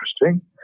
interesting